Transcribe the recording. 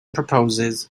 proposes